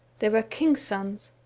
they were kings' sons.